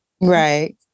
right